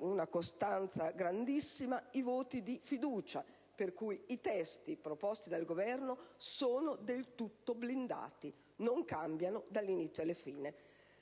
una costanza assoluta, i voti di fiducia, per cui i testi proposti dal Governo sono del tutto blindati, non cambiano per nulla dall'inizio